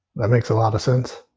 that makes a lot of sense.